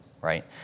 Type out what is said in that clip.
right